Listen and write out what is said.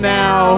now